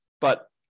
But-